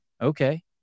Okay